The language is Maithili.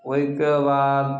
ओइके बाद